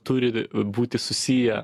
turi būti susiję